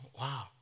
wow